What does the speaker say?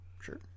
sure